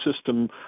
system